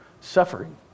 suffering